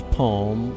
poem